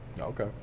okay